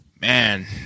Man